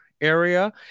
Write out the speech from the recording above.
area